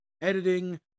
Editing